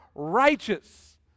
righteous